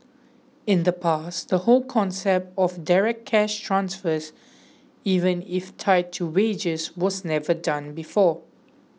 in the past the whole concept of direct cash transfers even if tied to wages was never done before